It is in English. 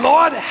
Lord